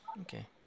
Okay